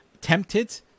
tempted